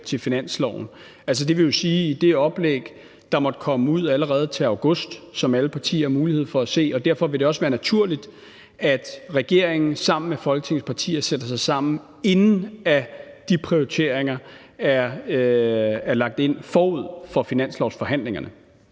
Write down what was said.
til finansloven, altså dvs. i det oplæg, der måtte komme ud allerede til august, som alle partier har mulighed for at se. Derfor vil det også være naturligt, at regeringen sammen med Folketingets partier sætter sig sammen, inden de prioriteringer er lagt ind, forud for finanslovsforhandlingerne.